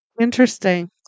Interesting